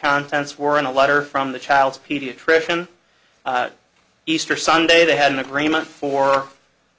contents were in a letter from the child's pediatrician easter sunday they had an agreement for